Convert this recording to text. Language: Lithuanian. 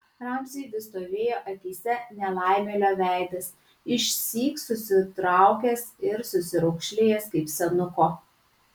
ramziui vis stovėjo akyse nelaimėlio veidas išsyk susitraukęs ir susiraukšlėjęs kaip senuko